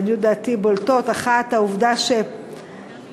לעניות דעתי בולטות: 1. העובדה שפרשנים